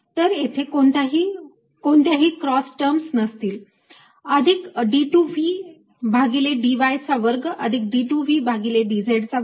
तर येथे कोणत्याही क्रॉस टर्म्स नसतील अधिक d2V भागिले dy चा वर्ग अधिक d2V भागिले dz चा वर्ग